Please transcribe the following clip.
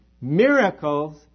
Miracles